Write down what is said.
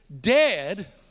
dead